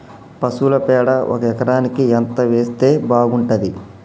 పశువుల పేడ ఒక ఎకరానికి ఎంత వేస్తే బాగుంటది?